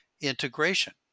integration